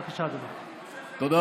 בבקשה, אדוני.